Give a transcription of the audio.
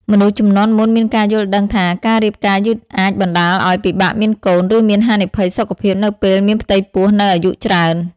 មនុស្សជំនាន់មុនមានការយល់ដឹងថា ការរៀបការយឺតអាចបណ្ដាលឲ្យពិបាកមានកូន ឬមានហានិភ័យសុខភាពនៅពេលមានផ្ទៃពោះនៅអាយុច្រើន ។